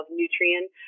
nutrient